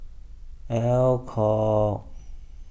Alcott